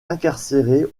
incarcéré